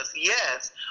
yes